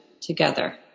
together